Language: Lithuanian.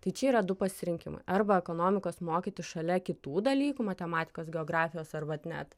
tai čia yra du pasirinkimai arba ekonomikos mokyti šalia kitų dalykų matematikos geografijos ar vat net